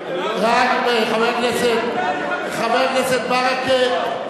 חבר הכנסת ברכה,